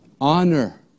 honor